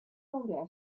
重点